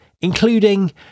including